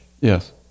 Yes